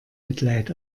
mitleid